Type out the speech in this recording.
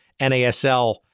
NASL